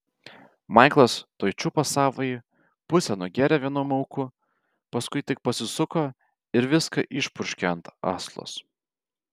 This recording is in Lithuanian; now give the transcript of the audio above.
maiklas tuoj čiupo savąjį pusę nugėrė vienu mauku paskui tik pasisuko ir viską išpurškė ant aslos